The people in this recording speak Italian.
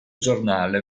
giornale